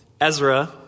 Ezra